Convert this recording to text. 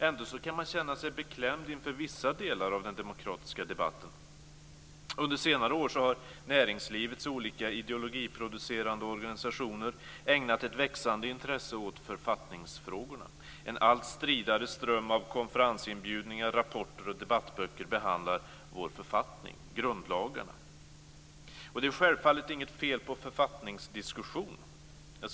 Ändå kan man känna sig beklämd inför vissa delar av den demokratiska debatten. Under senare år har näringslivets olika ideologiproducerande organisationer ägnat ett växande intresse åt författningsfrågorna. En allt stridare ström av konferensinbjudningar, rapporter och debattböcker behandlar vår författning, grundlagarna. Det är självfallet inget fel på författningsdiskussionen.